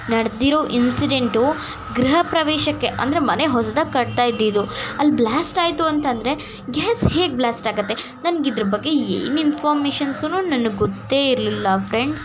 ನಡೆದಿರೋ incident ಗೃಹಪ್ರವೇಶಕ್ಕೆ ಅಂದರೆ ಮನೆ ಹೊಸ್ದಾಗಿ ಕಟ್ತಾಯಿದಿದ್ದು ಅಲ್ಲಿ ಬ್ಲ್ಯಾಸ್ಟಾಯಿತು ಅಂತಂದರೆ ಗ್ಯಾಸ್ ಹೇಗೆ ಬ್ಲ್ಯಾಸ್ಟ್ ಆಗುತ್ತೆ ನನ್ಗೆ ಇದ್ರ ಬಗ್ಗೆ ಏನು ಇನ್ಫಾಮೇಷನ್ಸುನು ನನಗೆ ಗೊತ್ತೇ ಇರಲಿಲ್ಲ ಫ್ರೆಂಡ್ಸ್